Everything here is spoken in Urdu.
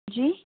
جی